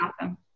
awesome